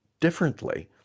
differently